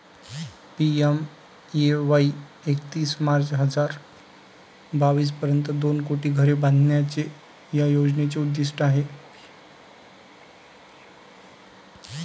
PMAY एकतीस मार्च हजार बावीस पर्यंत दोन कोटी घरे बांधण्याचे या योजनेचे उद्दिष्ट आहे